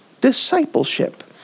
discipleship